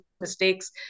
mistakes